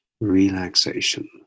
relaxation